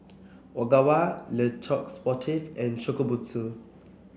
Ogawa Le Coq Sportif and Shokubutsu